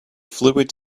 fluid